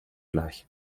gleich